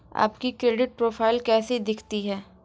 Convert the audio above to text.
आपकी credit profile कैसी दिखती है?